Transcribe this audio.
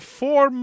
four